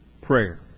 prayer